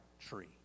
tree